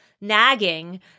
nagging